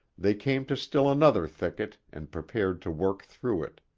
they came to still another thicket and prepared to work through it.